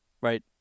right